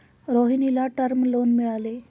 रोहिणीला term loan मिळाले